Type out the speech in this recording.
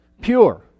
Pure